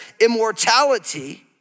immortality